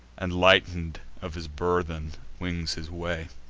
and, lighten'd of his burthen, wings his way.